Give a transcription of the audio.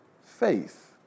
faith